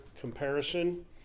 comparison